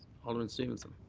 alderman stevenson.